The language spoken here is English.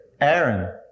Aaron